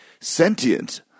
sentient